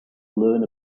learn